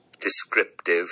descriptive